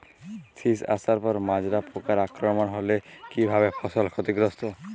শীষ আসার পর মাজরা পোকার আক্রমণ হলে কী ভাবে ফসল ক্ষতিগ্রস্ত?